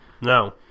No